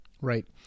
right